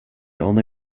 only